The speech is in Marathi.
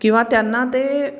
किंवा त्यांना ते